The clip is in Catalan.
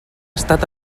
estat